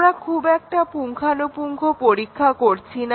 আমরা খুব একটা পুঙ্খানুপুঙ্খ পরীক্ষা করছি না